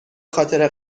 خاطر